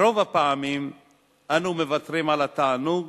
ברוב הפעמים אנו מוותרים על התענוג